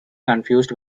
confused